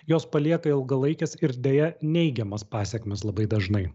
jos palieka ilgalaikes ir deja neigiamas pasekmes labai dažnai